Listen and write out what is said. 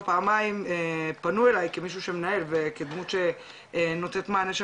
פעמיים פנו אלי כמישהו שמנהל וכדמות נותנת מענה של